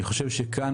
אני חושב שכאן,